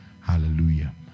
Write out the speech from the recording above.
Hallelujah